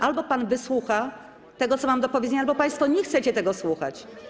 Albo pan wysłucha tego, co mam do powiedzenia, albo państwo nie chcecie tego słuchać.